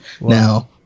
Now